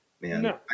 man